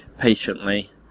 patiently